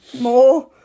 more